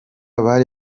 bari